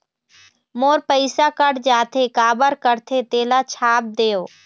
मोर पैसा कट जाथे काबर कटथे तेला छाप देव?